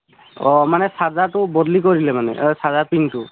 অ মানে চাৰ্জাৰটো বদলি কৰি দিলে মানে অ চাৰ্জাৰ পিনটো